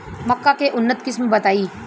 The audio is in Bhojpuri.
मक्का के उन्नत किस्म बताई?